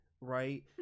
right